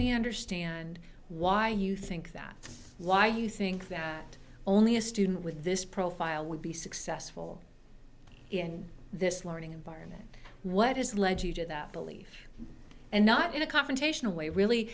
me understand why you think that why you think that only a student with this profile would be successful in this learning environment what has led you to that belief and not in a confrontational way really